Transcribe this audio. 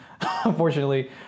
unfortunately